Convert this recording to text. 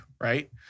right